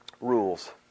Rules